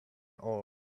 all